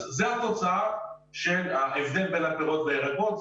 זאת התוצאה שלה הבדל בין הפירות והירקות.